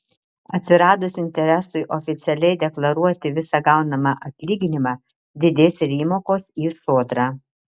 atsiradus interesui oficialiai deklaruoti visą gaunamą atlyginimą didės ir įmokos į sodrą